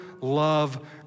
love